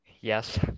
Yes